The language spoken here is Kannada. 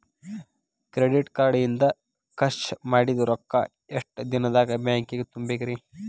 ಕ್ರೆಡಿಟ್ ಕಾರ್ಡ್ ಇಂದ್ ಖರ್ಚ್ ಮಾಡಿದ್ ರೊಕ್ಕಾ ಎಷ್ಟ ದಿನದಾಗ್ ಬ್ಯಾಂಕಿಗೆ ತುಂಬೇಕ್ರಿ?